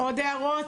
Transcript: עוד הערות?